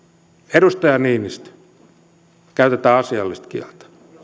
edustaja niinistö käytetään asiallista kieltä